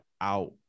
out